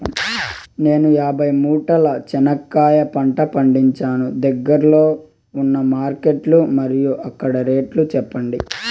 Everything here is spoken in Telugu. నేను యాభై మూటల చెనక్కాయ పంట పండించాను దగ్గర్లో ఉన్న మార్కెట్స్ మరియు అక్కడ రేట్లు చెప్పండి?